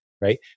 right